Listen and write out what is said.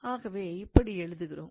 ஆகவே இப்படி எழுதுகிறோம்